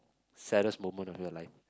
saddest moment of your life